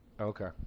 Okay